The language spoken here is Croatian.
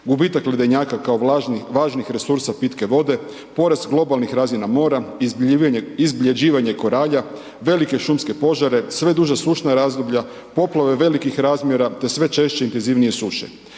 gubitak ledenjaka kao važnih resursa pitke vode, porast globalnih razina mora, izbljeđivanje koralja velike šumske požare, sve duža sušna razdoblja, poplave velikih razmjera te sve češće i intenzivnije suše.